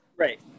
Right